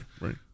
right